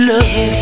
Love